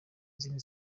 izindi